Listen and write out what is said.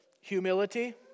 humility